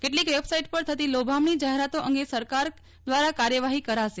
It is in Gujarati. કેટલીક વેબસાઇટ પર થતી લોભામજી જાહેરાતો અંગે સરકાર દ્વારા કાર્યવાહી કરાશે